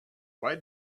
why